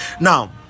now